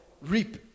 Reap